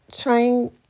trying